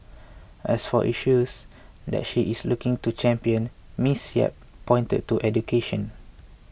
as for issues that she is looking to champion Ms Yap pointed to education